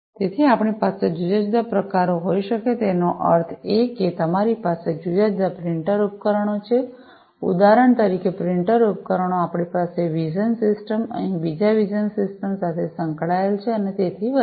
તેથી આપણી પાસે જુદા જુદા પ્રકારો હોઈ શકે છે તેનો અર્થ એ કે તમારી પાસે જુદા જુદા પ્રિન્ટર ઉપકરણો છે ઉદાહરણ તરીકે પ્રિન્ટર ઉપકરણો આપણી પાસે વિઝન સિસ્ટમ અહી બીજા વિઝન સિસ્ટમ સાથે સંકળાયેલ છે અને તેથી વધારે